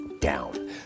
down